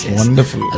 Wonderful